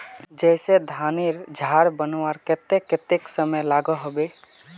जैसे धानेर झार बनवार केते कतेक समय लागोहो होबे?